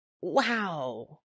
Wow